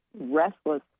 restless